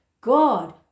God